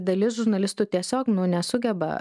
dalis žurnalistų tiesiog nesugeba